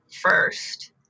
first